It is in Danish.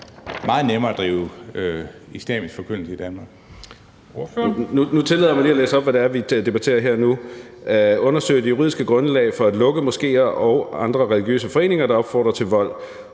Ordføreren. Kl. 15:19 Marcus Knuth (KF): Nu tillader jeg mig lige at læse op, hvad det er, vi debatterer nu: undersøge det juridiske grundlag for at lukke moskéer og andre religiøse foreninger, der opfordrer til vold,